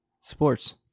Sports